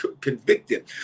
convicted